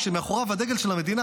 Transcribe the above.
כשמאחוריו הדגל של המדינה,